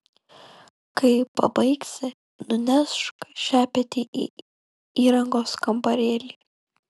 kai pabaigsi nunešk šepetį į įrangos kambarėlį